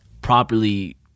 properly